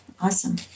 awesome